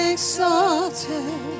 Exalted